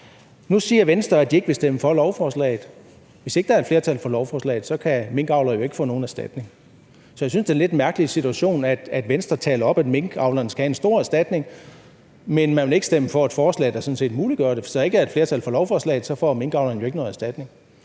Nu siger Venstre, at de ikke vil stemme for lovforslaget. Hvis ikke der er et flertal for lovforslaget, kan minkavlerne jo ikke få nogen erstatning. Så jeg synes, det er en lidt mærkelig situation, at Venstre taler op, at minkavlerne skal have en stor erstatning, men man vil ikke stemme for et forslag, der sådan set muliggør det. Hvis der ikke er et flertal for lovforslaget, får minkavlerne jo ikke noget erstatning.